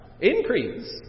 increase